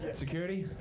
security.